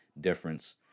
difference